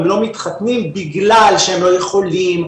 הם לא מתחתנים בגלל שהם לא יכולים,